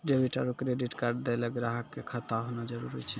debit आरू credit card दैय ल ग्राहक क खाता होना जरूरी छै